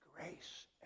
grace